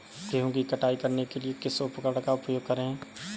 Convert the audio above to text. गेहूँ की कटाई करने के लिए किस उपकरण का उपयोग करें?